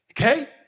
Okay